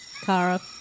Kara